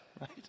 right